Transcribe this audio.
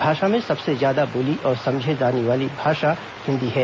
भारत में सबसे ज्यादा बोली और समझी जानी वाली भाषा हिन्दी है